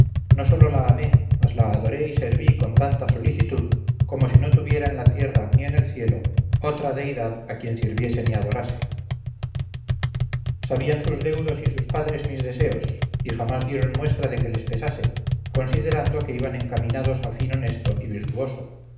no sólo la amé mas la adoré y serví con tanta solicitud como si no tuviera en la tierra ni en el cielo otra deidad a quien sirviese ni adorase sabían sus deudos y sus padres mis deseos y jamás dieron muestra de que les pesase considerando que iban encaminados a fin honesto y virtuoso